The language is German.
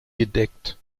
gedeckt